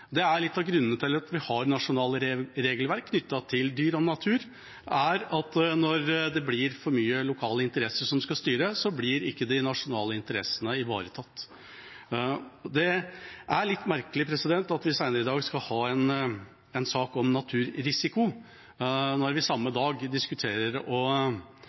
Litt av grunnen til at vi har nasjonale regelverk knyttet til dyr og natur, er at når lokale interesser som skal styre mye, blir ikke de nasjonale interessene ivaretatt. Det er litt merkelig at vi senere i dag skal ha en sak om naturrisiko, når vi samme dag diskuterer å ha færre rovdyr og